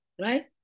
right